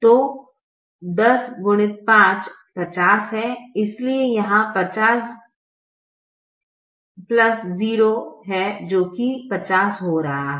तो 10x5 50 है इसलिए यहां वैल्यू 50 0 है जो कि 50 हो रहा था